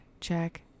check